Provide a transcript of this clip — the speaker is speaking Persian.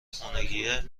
خونگیه